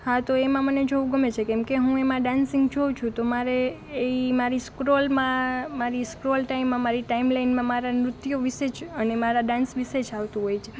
હા તો મને એમાં જોવું ગમે છે કેમકે એમાં હું ડાન્સીન્ગ જોઉં છુ તો મારે એ મારી સ્ક્રોલમાં મારી સ્ક્રોલ ટાઈમમાં મારી ટાઈમ લાઈનમાં નૃત્ય વિષે જ અને મારા ડાન્સ વિષે જ આવતું હોય છે